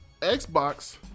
Xbox